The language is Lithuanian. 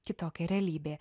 kitokia realybė